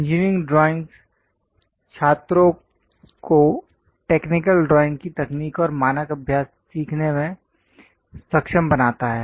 engineering drawings छात्रों को technical drawing की तकनीक और मानक अभ्यास सीखने में सक्षम बनाता है